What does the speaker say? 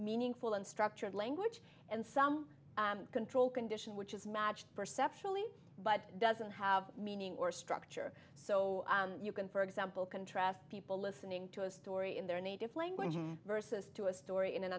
meaningful and structured language and some control condition which is matched perceptually but doesn't have meaning or structure so you can for example contrast people listening to a story in their native language versus to a story in an